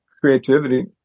creativity